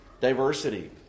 Diversity